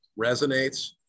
resonates